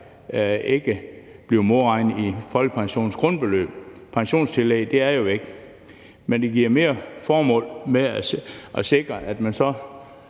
ikke bliver modregnet i folkepensionens grundbeløb; pensionstillægget er jo væk. Men der er mere formål i at sikre også